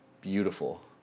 beautiful